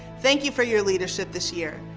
thank you for your leadership this year.